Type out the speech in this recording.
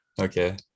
Okay